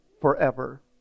forever